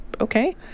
Okay